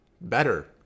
better